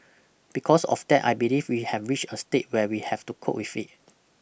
because of that I believe we have reached a state where we have to cope with it